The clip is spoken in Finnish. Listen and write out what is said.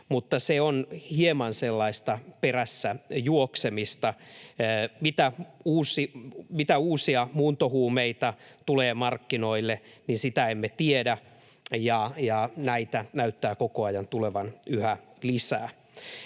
mutta se on hieman sellaista perässä juoksemista. Mitä uusia muuntohuumeita tulee markkinoille, sitä emme tiedä, ja näitä näyttää koko ajan tulevan yhä lisää.